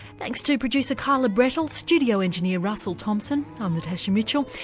thanks to producer kyla brettle, studio engineer russell thompson, i'm natasha mitchell.